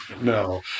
no